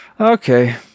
Okay